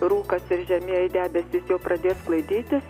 rūkas ir žemieji debesys jau pradės sklaidytis